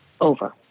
over